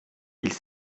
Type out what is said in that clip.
ils